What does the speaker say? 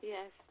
Yes